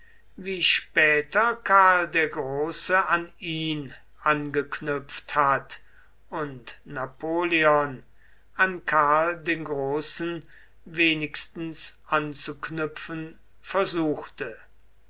wie später karl der große an ihn angeknüpft hat und napoleon an karl den großen wenigstens anzuknüpfen versuchte